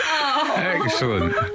Excellent